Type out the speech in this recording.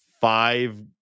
five